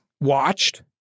watched